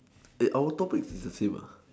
hey our topic is the same